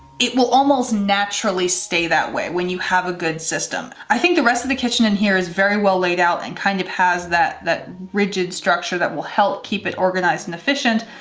it will almost naturally stay that way. when you have a good system. i think the rest of the kitchen in here is very well laid out and kind of has that that rigid structure that will help keep it organized and efficient.